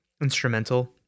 instrumental